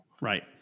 Right